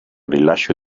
rilascio